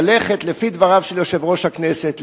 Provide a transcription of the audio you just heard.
ללכת לפי דבריו של יושב-ראש הכנסת,